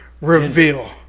reveal